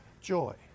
joy